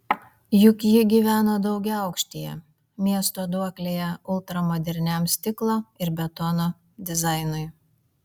juk ji gyveno daugiaaukštyje miesto duoklėje ultramoderniam stiklo ir betono dizainui